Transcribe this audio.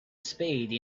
spade